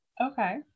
Okay